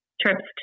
trips